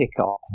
kickoff